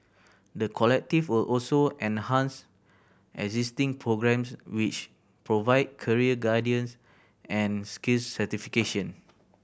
the Collective will also enhance existing programmes which provide career guidance and skills certification